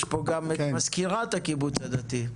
יש פה גם את מזכירת הקיבוץ הדתי.